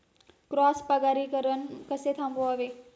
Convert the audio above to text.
Cross परागीकरण कसे थांबवावे?